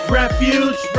refuge